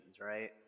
right